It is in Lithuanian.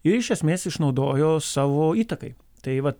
ir iš esmės išnaudojo savo įtakai tai vat